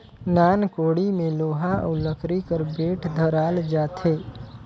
नान कोड़ी मे लोहा अउ लकरी कर बेठ धराल जाथे